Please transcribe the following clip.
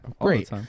Great